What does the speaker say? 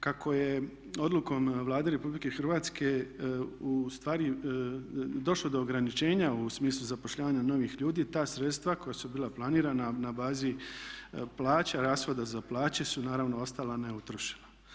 Kako je odlukom Vlade RH ustvari došlo do ograničenja u smislu zapošljavanja novih ljudi ta sredstva koja su bila planirana na bazi plaća, rashoda za plaće su naravno ostala neutrošena.